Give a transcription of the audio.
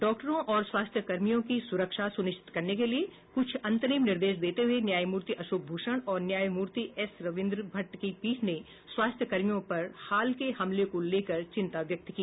डॉक्टरों और स्वास्थ्य कर्मियों की सुरक्षा सुनिश्चित करने के लिए कुछ अंतरिम निर्देश देते हुए न्यायमूर्ति अशोक भूषण और न्याय मूर्ति एसरविन्द्र भट्ट की पीठ ने स्वास्थ्य कर्मियों पर हाल के हमले को लेकर चिंता व्यक्त की